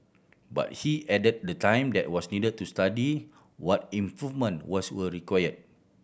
but he added the time that was needed to study what improvement was were require